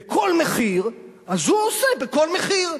בכל מחיר, אז הוא עושה בכל מחיר.